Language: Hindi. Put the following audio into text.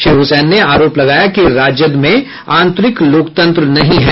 श्री हुसैन ने आरोप लगाया कि राजद में आंतरिक लोकतंत्र नहीं है